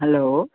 hello